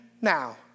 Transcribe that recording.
now